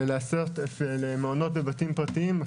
מעונות בבתים פרטיים,